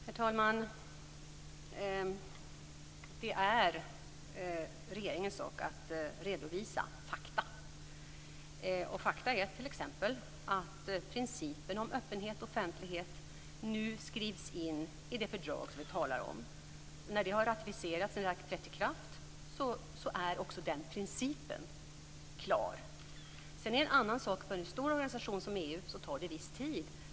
Herr talman! Det är regeringens sak att redovisa fakta, och fakta är t.ex. att principen om öppenhet och offentlighet nu skrivs in i det fördrag som vi talar om. När det har trätt i kraft är också den principen klar. Sedan är det en annan sak att det för en stor organisation som EU tar viss tid.